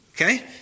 Okay